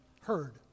heard